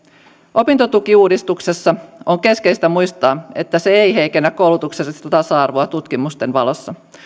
opintotukiuudistuksessa on keskeistä muistaa että se ei heikennä koulutuksellista tasa arvoa tutkimusten valossa